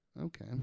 Okay